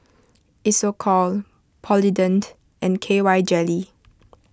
Isocal Polident and K Y jelly